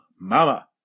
mama